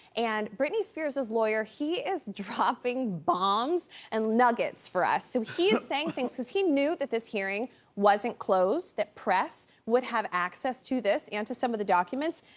and britney speare's lawyer, he is dropping bombs and nuggets for us. so he's saying things, cause he knew that this hearing wasn't closed, that press would have access to this and to some of the documents.